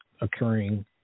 occurring